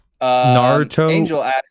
Naruto